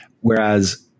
Whereas